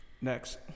Next